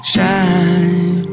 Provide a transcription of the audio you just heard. Shine